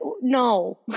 no